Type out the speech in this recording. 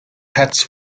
hats